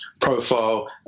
profile